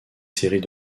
séries